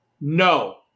No